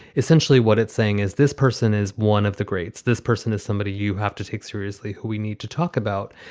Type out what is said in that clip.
essentially what it's saying is this person is one of the greats. this person is somebody you have to take seriously, who we need to talk about.